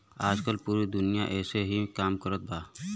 आजकल पूरी दुनिया ऐही से काम कारत बा